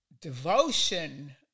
devotion